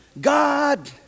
God